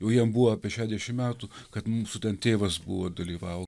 jau jam buvo apie šešiasdešimt metų kad mūsų ten tėvas buvo dalyvavo